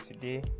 today